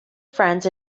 friends